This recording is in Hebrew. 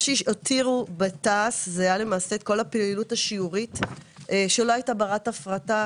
מה שהותירו בתע"ש היה כל הפעילות השיורית שלא היתה ברת הפרטה,